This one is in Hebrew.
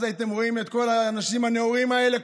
אז הייתם רואים את כל האנשים הנאורים האלה,